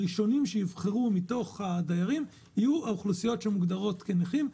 הראשונים שייבחרו מתוך הדיירים יהיו האוכלוסיות שמוגדרות כנכים.